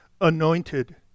anointed